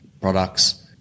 products